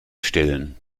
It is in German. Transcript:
stillen